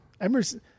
emerson